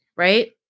Right